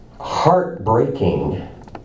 heartbreaking